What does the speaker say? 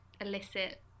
illicit